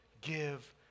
give